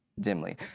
dimly